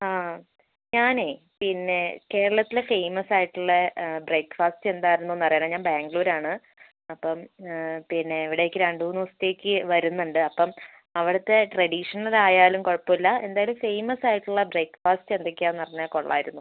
ആ ഞാനേ പിന്നെ കേരളത്തിലെ ഫേമസ് ആയിട്ടുള്ള ബ്രേക്ഫാസ്റ്റ് എന്തായിരുന്നു എന്നറിയാനാണ് ഞാൻ ബാംഗ്ലൂർ ആണ് അപ്പം പിന്നെ ഇവിടേക്ക് രണ്ടു മൂന്നു ദിവസത്തേക്ക് വരുന്നുണ്ട് അപ്പം അവിടുത്തെ ട്രഡീഷണൽ ആയാലും കുഴപ്പമില്ല എന്തായാലും ഫേമസ് ആയിട്ടുള്ള ബ്രേക്ഫാസ്റ്റ് എന്തൊക്കെയാണെന്ന് അറിഞ്ഞാൽ കൊള്ളാമായിരുന്നു